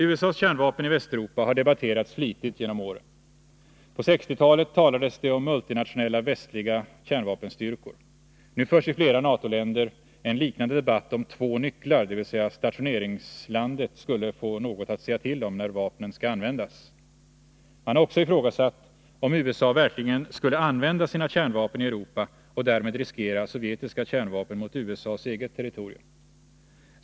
USA:s kärnvapen i Västeuropa har debatterats flitigt genom åren. På 1960-talet talades det om multinationella västliga kärnvapenstyrkor. Nu förs i flera NATO-länder en liknande debatt om ”två nycklar”, dvs. stationeringslandet skulle få något att säga till om när vapnen skall användas. Man har också ifrågasatt om USA verkligen skulle använda sina kärnvapen i Europa och därmed riskera sovjetiska kärnvapen mot USA:s eget territorium.